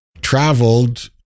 traveled